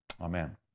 Amen